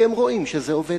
כי הם רואים שזה עובד.